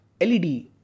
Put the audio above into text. LED